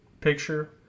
picture